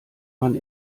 man